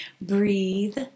breathe